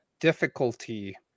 difficulty